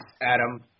Adam